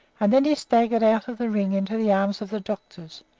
and then he staggered out of the ring into the arms of the doctors,